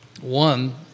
one